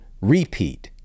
repeat